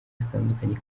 zitandukanye